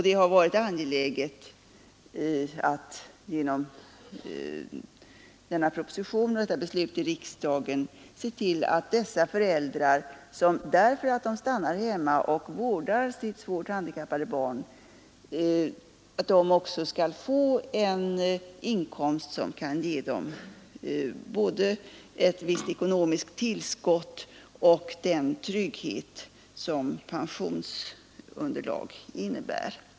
Det har varit angeläget att genom denna proposition och detta beslut i riksdagen se till att dessa föräldrar, som stannar hemma och vårdar sitt svårt handikappade barn, också skall få en inkomst som kan ge dem både ett visst ekonomiskt tillskott och den trygghet som pensionsunderlag innebär.